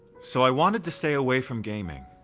so i wanted to stay away from gaming.